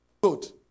Good